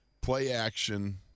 play-action